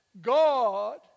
God